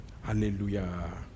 Hallelujah